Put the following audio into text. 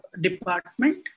department